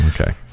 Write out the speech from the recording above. okay